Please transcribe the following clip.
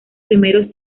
primeros